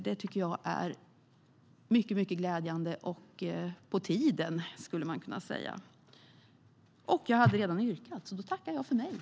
Det tycker jag är mycket glädjande. Man skulle kunna säga att det är på tiden.